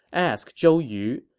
ask zhou yu.